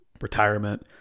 retirement